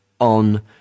on